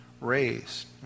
raised